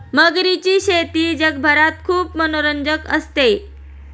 मगरीची शेती जगभरात खूप मनोरंजक असते